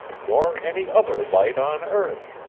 nor any other light on earth,